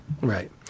Right